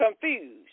Confused